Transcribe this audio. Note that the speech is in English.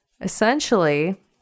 essentially